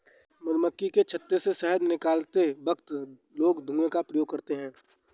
मधुमक्खी के छत्ते से शहद निकलते वक्त लोग धुआं का प्रयोग करते हैं